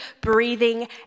breathing